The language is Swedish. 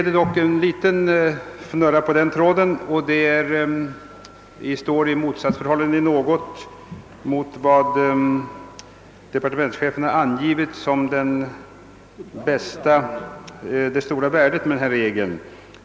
Denna gräns står emellertid något litet i motsatsförhållande till vad departementschefen har angivit såsom det stora värdet med regeln.